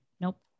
Nope